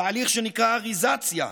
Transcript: תהליך שנקרא אריזציה,